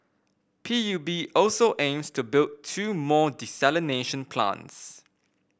P U B also aims to build two more desalination plants